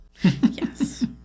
Yes